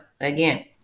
again